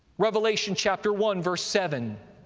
revelation, chapter one, verse seven.